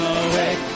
away